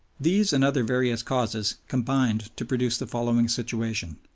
these and other various causes combined to produce the following situation.